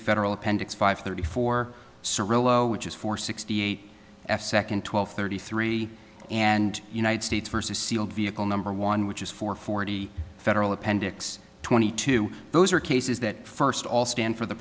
federal appendix five thirty four cirilo which is for sixty eight f second twelve thirty three and united states versus seal vehicle number one which is for forty federal appendix twenty two those are cases that first of all stand for the